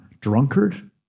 drunkard